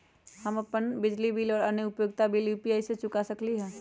हम लोग अपन बिजली बिल और अन्य उपयोगिता बिल यू.पी.आई से चुका सकिली ह